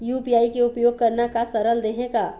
UPI के उपयोग करना का सरल देहें का?